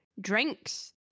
drinks